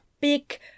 big